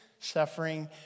Suffering